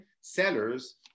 Sellers